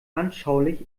anschaulich